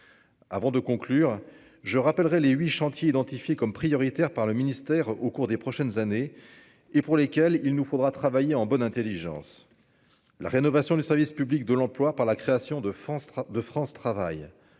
avant de conclure : je rappellerai Les 8 chantiers identifiés comme prioritaires par le ministère au cours des prochaines années et pour lesquels il nous faudra travailler en bonne Intelligence, la rénovation du service public de l'emploi par la création de France de